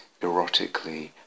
erotically